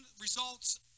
results